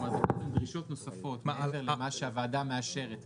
זאת אומרת מדברים על דרישות נוספות מעבר למה שהוועדה מאשרת.